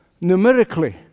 numerically